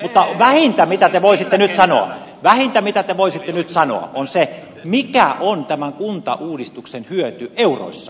mutta vähintä mitä te voisitte nyt sanoa on se mikä on tämän kuntauudistuksen hyöty euroissa